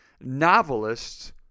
Novelists